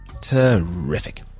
Terrific